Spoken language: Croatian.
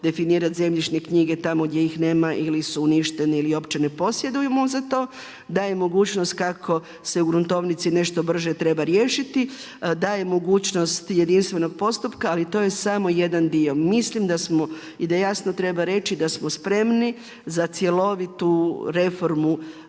definirati zemljišne knjige tamo gdje ih nema ili su uništene ili uopće ne posjedujemo za to, daje mogućnost kako se u gruntovnici nešto brže treba riješiti, daje mogućnost jedinstvenog postupka ali to je samo jedan dio. Mislim da smo i da jasno treba reći da smo spremni za cjelovitu reformu